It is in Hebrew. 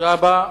תודה רבה.